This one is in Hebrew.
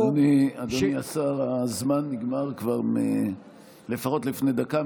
אדוני השר, הזמן נגמר לפחות לפני דקה.